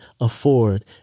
afford